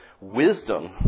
wisdom